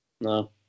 No